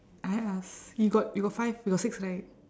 I ask you got you got five you got six right